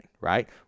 right